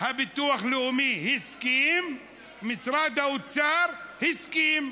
הביטוח הלאומי הסכים, משרד האוצר הסכים.